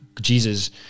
Jesus